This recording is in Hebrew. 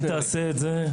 אם תעשה את זה,